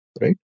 right